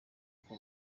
kuva